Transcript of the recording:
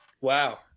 wow